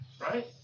right